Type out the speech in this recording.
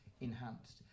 enhanced